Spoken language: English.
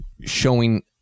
showing